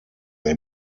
they